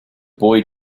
boy